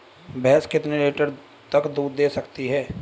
भैंस कितने लीटर तक दूध दे सकती है?